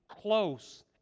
close